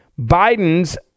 Biden's